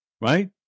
right